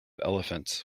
elephants